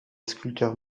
sculpteur